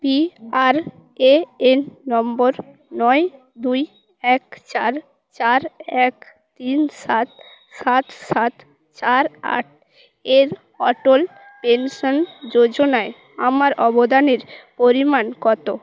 PRAN নম্বর নয় দুই এক চার চার এক তিন সাত সাত সাত চার আট এর অটল পেনশান যোজনায় আমার অবদানের পরিমাণ কত